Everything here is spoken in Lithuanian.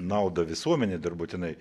naudą visuomenei dar būtinai